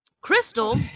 Crystal